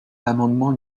l’amendement